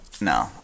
No